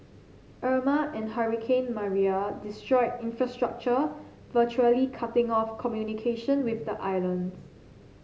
Irma and hurricane Maria destroyed infrastructure virtually cutting off communication with the islands